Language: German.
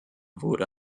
wurde